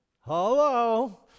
Hello